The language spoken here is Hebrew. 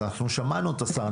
אנחנו שמענו את השר.